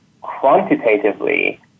quantitatively